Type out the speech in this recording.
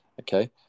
okay